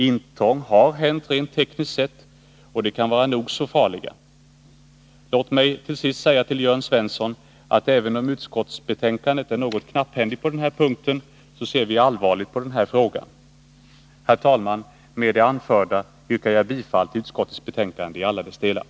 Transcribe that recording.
Intrång rent tekniskt sett har förekommit, och dessa kan vara nog så farliga. Låt mig till sist säga till Jörn Svensson att även om utskottsbetänkandet är något knapphändigt på den här punkten, så ser vi allvarligt på denna fråga. Herr talman! Med det anförda yrkar jag bifall till utskottets hemställan i dess helhet.